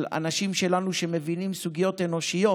של אנשים שלנו שמבינים סוגיות אנושיות.